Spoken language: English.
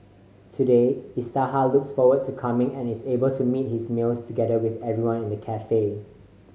today Isaiah looks forward to coming and is able to meet his meals together with everyone in the cafe